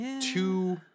two